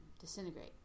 disintegrate